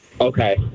Okay